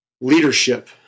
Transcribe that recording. Leadership